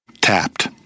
Tapped